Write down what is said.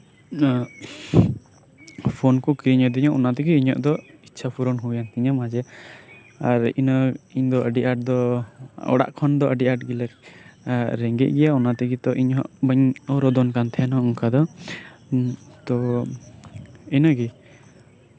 ᱤᱧᱟᱹᱜ ᱯᱷᱳᱱ ᱠᱚ ᱠᱤᱨᱤᱧ ᱟᱹᱫᱤᱧᱟ ᱚᱱᱟ ᱛᱮᱜᱮ ᱤᱧᱟᱹᱜ ᱫᱚ ᱤᱪᱪᱷᱟᱹ ᱯᱩᱨᱚᱱ ᱦᱩᱭ ᱮᱱ ᱛᱤᱧᱟᱹ ᱢᱟᱡᱷᱮ ᱟᱨ ᱤᱱᱟᱹ ᱤᱧ ᱫᱚ ᱟᱹᱰᱤ ᱟᱸᱴ ᱫᱚ ᱚᱲᱟᱜ ᱠᱷᱚᱱᱫᱚ ᱟᱹᱰᱤ ᱟᱸᱴ ᱜᱮᱞᱮ ᱨᱮᱸᱜᱮᱪ ᱜᱮᱭᱟ ᱚᱱᱟ ᱛᱮ ᱵᱟᱹᱧ ᱨᱟᱜ ᱨᱚᱫᱷᱚᱱ ᱛᱟᱸᱦᱮᱱ ᱚᱱᱠᱟ ᱫᱚ ᱛᱳ ᱤᱱᱟᱹᱜᱮ